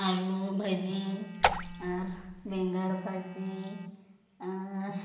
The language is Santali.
ᱟᱹᱞᱩ ᱵᱷᱟᱹᱡᱤ ᱟᱨ ᱵᱮᱸᱜᱟᱲ ᱵᱷᱟᱹᱡᱤ ᱟᱨ